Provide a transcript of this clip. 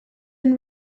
been